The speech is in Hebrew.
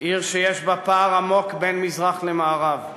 עיר שיש בה פער עמוק בין מזרח למערב.